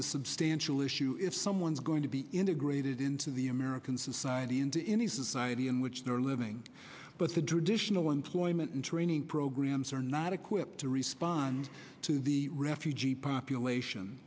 a substantial issue if someone's going to be integrated into the american society in the in the society in which they are living but the traditional employment and training programs are not equipped to respond to the refugee population